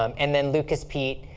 um and then lukas peet.